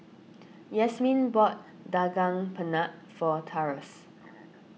Yasmeen bought Daging Penyet for Tyrus